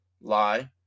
lie